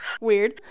Weird